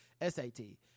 s-a-t